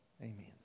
amen